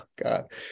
God